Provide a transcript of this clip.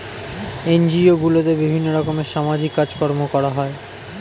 NGO গুলোতে বিভিন্ন রকমের সামাজিক কাজকর্ম করা হয়